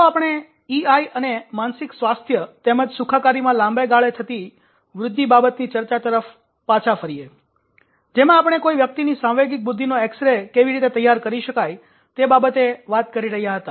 ચાલો આપણે ઇઆઇ અને માનસિક સ્વાસ્થ્ય તેમજ સુખાકારીમાં લાંબા ગાળે થતી વૃદ્ધિ બાબતની ચર્ચા તરફ પાછા ફરીએ જેમાં આપણે કોઈ વ્યક્તિની સાંવેગિક બુદ્ધિનો એક્સ રે કેવી રીતે તૈયાર કરી શકાય તે બાબતે વાત કરી રહ્યા હતા